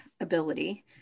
ability